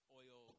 oil